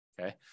Okay